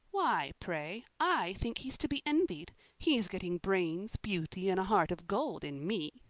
why, pray? i think he's to be envied. he's getting brains, beauty, and a heart of gold in me.